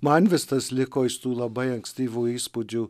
man vis tas liko iš tųlabai ankstyvų įspūdžių